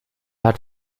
hat